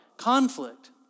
conflict